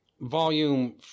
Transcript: Volume